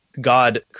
God